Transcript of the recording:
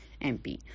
MP